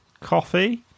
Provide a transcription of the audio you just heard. Coffee